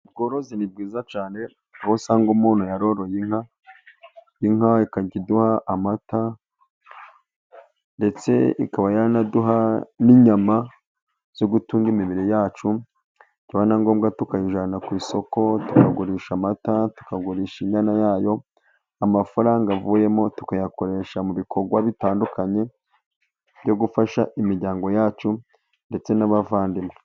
Ubworozi ni bwiza cyane, aho usanga umuntu yaroroye inka, inka ikajya iduha amata, ndetse ikaba yanaduha n'inyama zo gutunga imibiri yacu, byaba na ngombwa, tukayijyana ku isoko, tukagurisha amata, tukagurisha inyana yayo, amafaranga avuyemo tukayakoresha mu bikorwa bitandukanye, byo gufasha imiryango yacu ndetse n'abavandimwe.